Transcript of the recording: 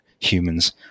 humans